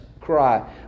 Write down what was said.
cry